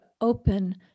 open